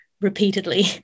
repeatedly